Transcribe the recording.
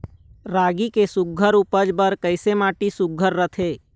रागी के सुघ्घर उपज बर कैसन माटी सुघ्घर रथे?